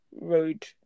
road